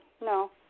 no